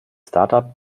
startup